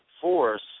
force